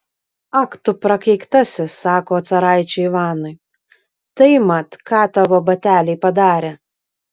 ak tu prakeiktasis sako caraičiui ivanui tai mat ką tavo bateliai padarė